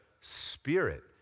spirit